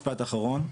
משפט אחרון,